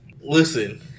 Listen